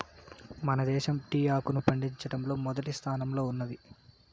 మన దేశం టీ ఆకును పండించడంలో మొదటి స్థానంలో ఉన్నాది